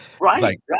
Right